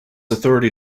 authority